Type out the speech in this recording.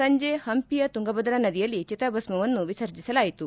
ಸಂಜೆ ಪಂಪಿಯ ತುಂಗಭದ್ರಾ ನದಿಯಲ್ಲಿ ಚಿತಾಭಸ್ಮವನ್ನು ವಿಸರ್ಜಿಸಲಾಯಿತು